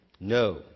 No